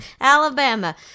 Alabama